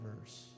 verse